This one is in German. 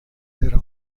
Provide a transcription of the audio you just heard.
der